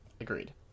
Agreed